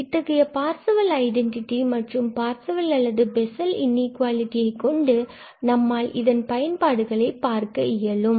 இத்தகைய Parseval identity மற்றும் Parseval அல்லது பெசல் இன்இக்குவாலிடி கொண்டு நம்மால் இதனுடைய பயன்பாடுகளை பார்க்க இயலும்